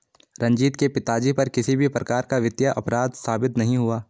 रंजीत के पिताजी पर किसी भी प्रकार का वित्तीय अपराध साबित नहीं हुआ